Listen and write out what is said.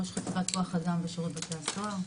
ראש חטיבת כוח אדם בשירות בתי הסוהר.